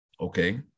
Okay